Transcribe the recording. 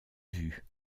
vue